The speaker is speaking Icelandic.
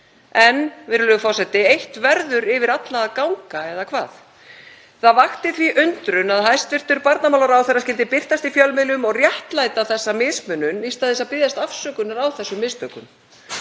En, virðulegur forseti, eitt verður yfir alla að ganga eða hvað? Það vakti því undrun að hæstv. barnamálaráðherra skyldi birtast í fjölmiðlum og réttlæta þessa mismunun í stað þess að biðjast afsökunar á þessum mistökum.